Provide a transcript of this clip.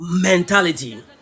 mentality